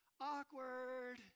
Awkward